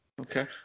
Okay